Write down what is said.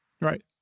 Right